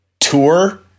tour